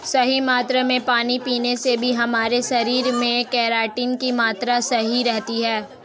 सही मात्रा में पानी पीने से भी हमारे शरीर में केराटिन की मात्रा सही रहती है